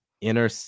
inner